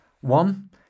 one